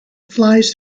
flies